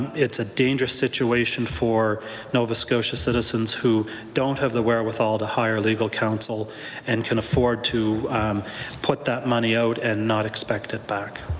it's a dangerous situation for nova scotia citizens who don't have the wherewithal to hire legal counsel and can afford to put that money out and not expect it back.